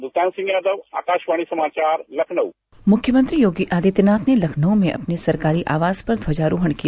मुल्तान सिंह यादव आकाशवाणी समाचार लखनऊ मुख्यमंत्री योगी आदित्यनाथ ने लखनऊ में अपने सरकारी आवास पर ध्वजारोहण किया